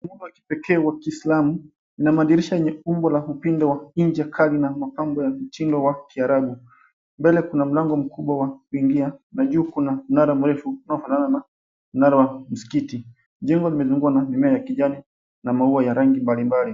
Wa kipekee wa kiislamu na madirisha yenye umbo la upinde wa ncha kali na mapambo ya mtindo wa kiarabu mbele kuna mlango mkubwa wa kuingia na juu kuna mnara mrefu unaofanana na mnara wa msikiti. Jengo limezungukwa na mimea ya kijani na maua ya rangi mbalimbali.